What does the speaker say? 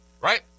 right